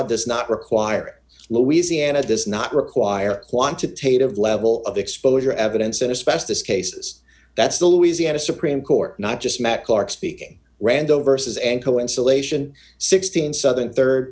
does not require louisiana does not require quantitative level of exposure evidence and especially this cases that's the louisiana supreme court not just met clark speaking randall versus ankle insulation sixteen southern